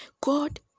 God